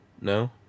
no